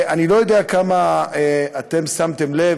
אני לא יודע כמה אתם שמתם לב,